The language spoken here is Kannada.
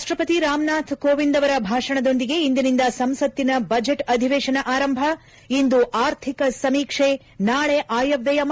ರಾಷ್ಟ್ರಪತಿ ರಾಮನಾಥ್ ಕೋವಿಂದ್ ಅವರ ಭಾಷಣದೊಂದಿಗೆ ಇಂದಿನಿಂದ ಸಂಸತ್ತಿನ ಬಜೆಟ್ ಅಧಿವೇಶನ ಆರಂಭ ಇಂದು ಆರ್ಥಿಕ ಸಮೀಕ್ಷೆ ನಾಳೆ ಆಯವ್ಯಯ ಮಂಡನೆ